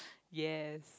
yes